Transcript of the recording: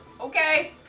Okay